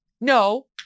no